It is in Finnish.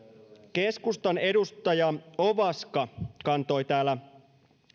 keskustan edustaja ovaska kantoi täällä